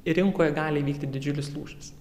rinkoje gali įvykti didžiulis lūžis